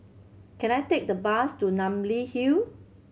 can I take the bus to Namly Hill